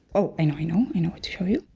oh, i know, i know, i know what to show you,